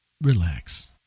relax